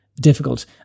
Difficult